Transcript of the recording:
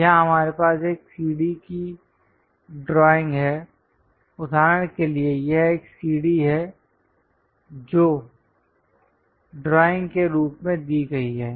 यहाँ हमारे पास एक सीढ़ी की ड्राइंग है उदाहरण के लिए यह एक सीढ़ी है जो ड्राइंग के रूप में दी गई है